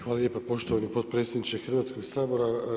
Hvala lijepa poštovani potpredsjedniče Hrvatskog sabora.